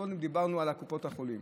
קודם דיברנו על קופות החולים